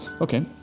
Okay